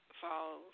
Falls